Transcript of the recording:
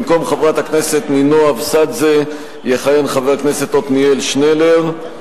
במקום חברת הכנסת נינו אבסדזה יכהן חבר הכנסת עתניאל שנלר.